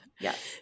Yes